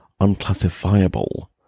unclassifiable